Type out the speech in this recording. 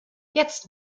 jetzt